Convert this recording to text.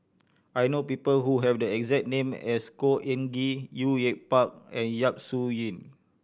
I know people who have the exact name as Khor Ean Ghee Au Yue Pak and Yap Su Yin